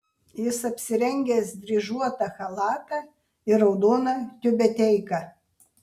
jis apsirengęs dryžuotą chalatą ir raudoną tiubeteiką